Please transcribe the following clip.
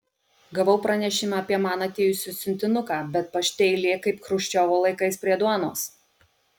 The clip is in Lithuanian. gavau pranešimą apie man atėjusį siuntinuką bet pašte eilė kaip chruščiovo laikais prie duonos